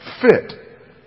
fit